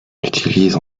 utilise